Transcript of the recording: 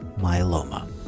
myeloma